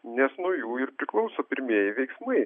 nes nuo jų ir priklauso pirmieji veiksmai